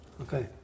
Okay